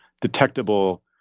detectable